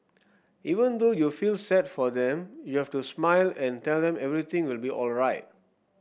even though you feel sad for them you have to smile and tell them everything will be alright